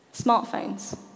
Smartphones